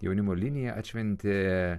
jaunimo linija atšventė